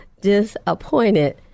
disappointed